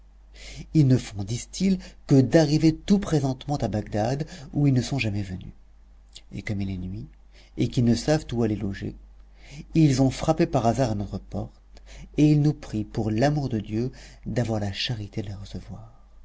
ils ne font disent-ils que d'arriver tout présentement à bagdad où ils ne sont jamais venus et comme il est nuit et qu'ils ne savent où aller loger ils ont frappé par hasard à notre porte et ils nous prient pour l'amour de dieu d'avoir la charité de les recevoir